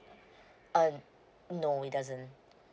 uh no it doesn't